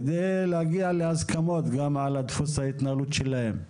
כדי להגיע להסכמות גם על דפוס ההתנהלות שלהם.